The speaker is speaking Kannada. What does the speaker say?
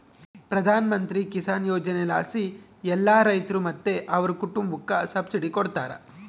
ಪ್ರಧಾನಮಂತ್ರಿ ಕಿಸಾನ್ ಯೋಜನೆಲಾಸಿ ಎಲ್ಲಾ ರೈತ್ರು ಮತ್ತೆ ಅವ್ರ್ ಕುಟುಂಬುಕ್ಕ ಸಬ್ಸಿಡಿ ಕೊಡ್ತಾರ